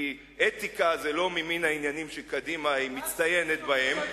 כי אתיקה זה לא מהעניינים שקדימה מצטיינת בהם,